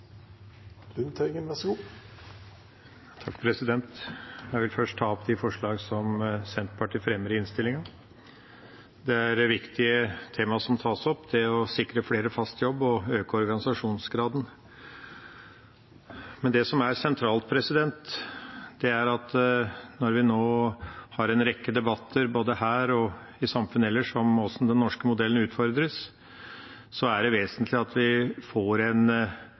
viktige temaer som tas opp, det å sikre flere fast jobb og å øke organisasjonsgraden. Men det som er sentralt, er at når vi nå har en rekke debatter, både her og i samfunnet ellers, om hvordan den norske modellen utfordres, er det vesentlig at vi får en